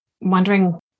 Wondering